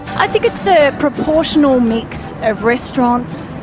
i think it's the proportional mix of restaurants,